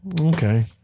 okay